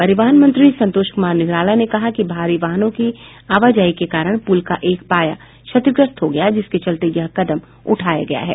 परिवहन मंत्री संतोष कुमार निराला ने कहा कि भारी वाहनों की आवाजाही के कारण पुल का एक पाया क्षतिग्रस्त हो गया जिसके चलते यह कदम उठाया गया है